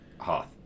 hoth